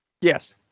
Yes